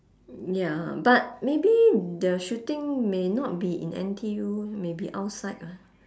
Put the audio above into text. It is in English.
ya but maybe the shooting may not be in N_T_U may be outside ah